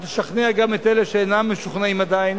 שתשכנע גם את אלה שאינם משוכנעים עדיין.